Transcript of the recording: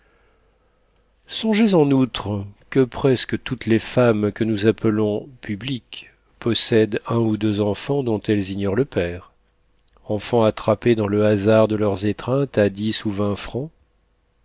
songez en outre que presque toutes les femmes que nous appelons publiques possèdent un ou deux enfants dont elles ignorent le père enfants attrapés dans le hasard de leurs étreintes à dix ou vingt francs